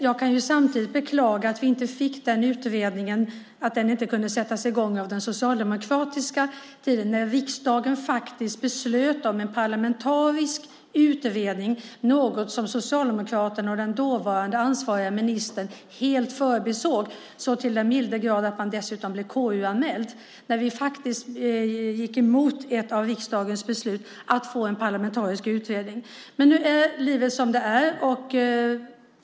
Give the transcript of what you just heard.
Jag kan samtidigt beklaga att den utredningen inte kunde sättas i gång under den socialdemokratiska regeringen när riksdagen faktiskt beslutade om en parlamentarisk utredning, något som Socialdemokraterna och den dåvarande ansvariga ministern helt förbisåg så till den mildra grad att man dessutom blev KU-anmäld. Man gick faktiskt emot ett av riksdagens beslut, att få en parlamentarisk utredning. Men nu är livet som det är.